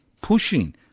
pushing